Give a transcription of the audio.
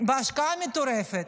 בהשקעה מטורפת.